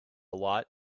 lot